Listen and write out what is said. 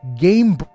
Game